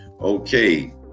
Okay